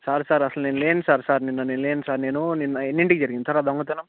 sir sir అసలు నేను లేను సార్ సార్ నిన్న నేను లేను సార్ నేను నిన్న ఎన్నింటికి జరిగింది సార్ ఆ దొంగతనం